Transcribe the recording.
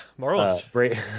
marlins